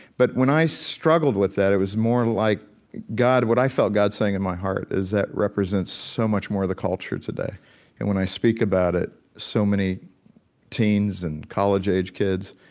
but when i struggled with that, it was more like god what i felt god saying in my heart is that represents so much more of the culture today. and when i speak about it, so many teens and college-age kids,